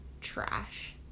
trash